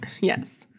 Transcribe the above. Yes